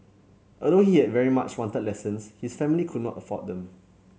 although he had very much wanted lessons his family could not afford them